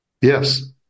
Yes